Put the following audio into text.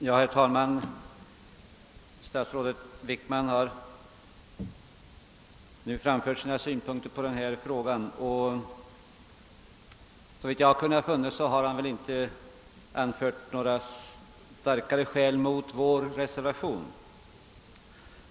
Herr talman! Statsrådet Wickman har nu framlagt sina synpunkter på denna fråga, och såvitt jag kunnat finna har han inte anfört några starkare skäl mot vår reservation.